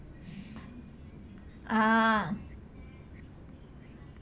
ah